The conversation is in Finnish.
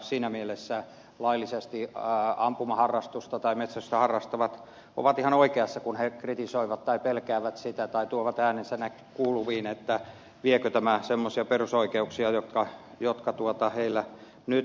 siinä mielessä laillisesti ammuntaa tai metsästystä harrastavat ovat ihan oikeassa kun he kritisoivat tätä tai tuovat äänensä kuuluviin ja pelkäävät sitä viekö tämä semmoisia perusoikeuksia jotka heillä nyt on